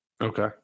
Okay